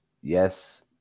yes